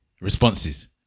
responses